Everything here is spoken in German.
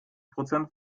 prozent